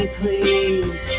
please